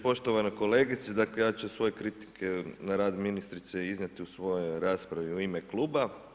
Poštovana kolegice, dakle ja ću svoje kritike na rad ministrice iznijeti u svojoj raspravi u ime kluba.